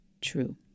true